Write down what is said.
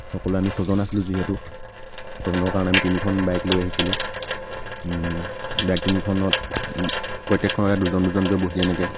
সকলোৱে আমি ছয়জন আছিলোঁ যিহেতু ছয়জনৰ কাৰণে আমি তিনিখন বাইক লৈ আহিছিলোঁ বাইক তিনিখনত প্ৰত্যেকখনত দুজন দুজনকৈ বহি এনেকৈ